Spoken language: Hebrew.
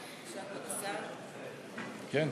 בבקשה, כבוד השר.